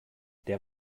der